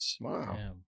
Wow